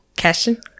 question